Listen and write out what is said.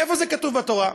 איפה זה כתוב בתורה?